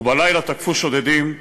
"ובלילה תקפו שודדים"